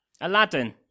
Aladdin